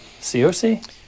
COC